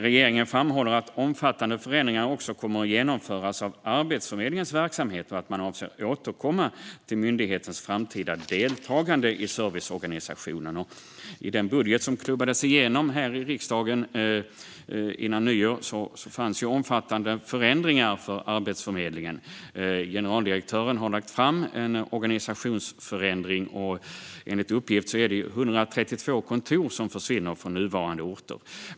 Regeringen framhåller att omfattande förändringar också kommer att genomföras av Arbetsförmedlingens verksamhet och att man avser att återkomma till myndighetens framtida deltagande i serviceorganisationen. I den budget som klubbades igenom i riksdagen före nyår fanns omfattande förändringar för Arbetsförmedlingen. Generaldirektören har lagt fram ett scenario med en organisationsförändring. Enligt uppgift är det 132 kontor som försvinner från nuvarande orter.